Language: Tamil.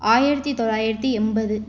ஆயிரத்தி தொள்ளாயிரத்தி எண்பது